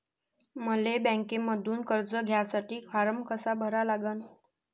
मले बँकेमंधून कर्ज घ्यासाठी फारम कसा भरा लागन?